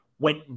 went